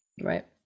Right